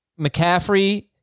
McCaffrey